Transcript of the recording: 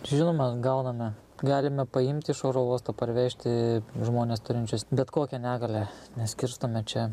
žinoma gauname galime paimti iš oro uosto parvežti žmones turinčius bet kokią negalią neskirstome čia